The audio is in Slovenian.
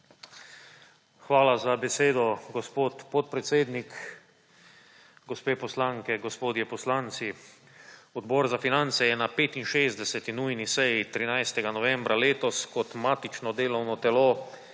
Hvala za besedo, gospod podpredsednik. Gospe poslanke, gospodje poslanci! Odbor za finance je na 65. nujni seji 13. novembra letos kot matično delovno telo